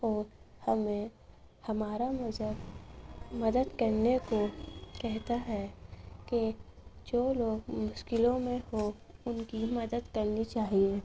اور ہمیں ہمارا مذہب مدد کرنے کو کہتا ہے کہ جو لوگ مشکلوں میں ہوں ان کی مدد کرنی چاہیے